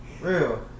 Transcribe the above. Real